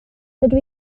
dydw